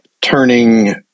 turning